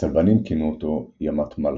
הצלבנים כינו אותו "ימת מלחה".